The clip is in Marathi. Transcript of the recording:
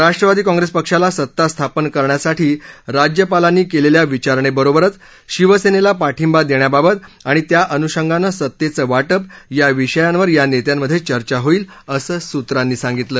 राष्ट्रवादी काँग्रेस पक्षाला सत्ता स्थापन करण्यासाठी राज्यपालांनी केलेल्या विचारणेबरोबरच शिवसेनेला पाठिबा देण्याबाबत आणि त्या अनुषंगानं सत्तेचं वाटप या विषयांवर या नेत्यांमध्ये चर्चा होईल असं सूत्रांनी सांगितलं